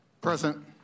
Present